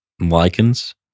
lichens